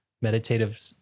meditative